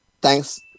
thanks